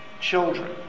children